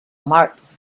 mark